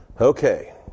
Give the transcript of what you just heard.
Okay